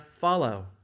follow